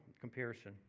comparison